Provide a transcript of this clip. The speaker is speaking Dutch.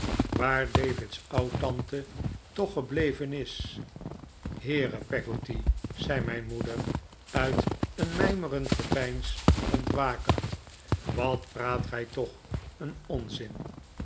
waar david's oudtante toch gebleven is heere peggotty zei mijn moeder uit een mijmerend gepeins ontwakend wat praat gij toch een onzin